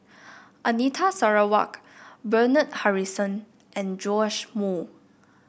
Anita Sarawak Bernard Harrison and Joash Moo